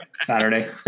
Saturday